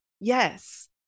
Yes